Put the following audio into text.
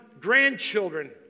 grandchildren